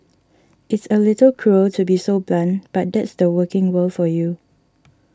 it's a little cruel to be so blunt but that's the working world for you